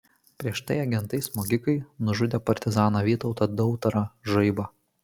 prieš tai agentai smogikai nužudė partizaną vytautą dautarą žaibą